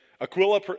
Aquila